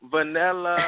Vanilla